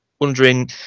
wondering